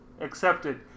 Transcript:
Accepted